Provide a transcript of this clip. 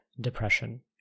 depression